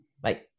bye